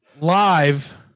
live